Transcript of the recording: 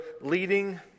leading